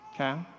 okay